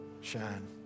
Shine